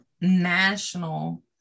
national